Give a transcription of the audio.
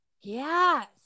Yes